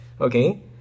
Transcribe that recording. Okay